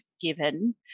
given